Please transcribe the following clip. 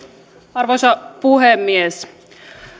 arvoisa puhemies